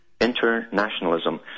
internationalism